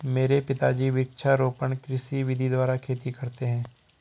मेरे पिताजी वृक्षारोपण कृषि विधि द्वारा खेती करते हैं